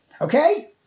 okay